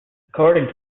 according